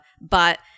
but-